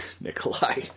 Nikolai